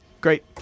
great